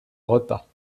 repas